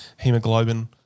hemoglobin